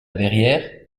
verrière